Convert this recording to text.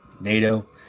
NATO